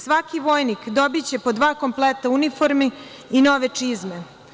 Svaki vojnik dobiće po dva kompleta uniformi i nove čizme.